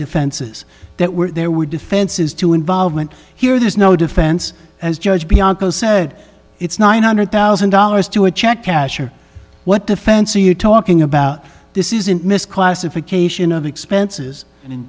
defenses that were there were defenses to involvement here there's no defense as judge bianco said it's nine hundred thousand dollars to a check casher what defense are you talking about this isn't misclassification of expenses and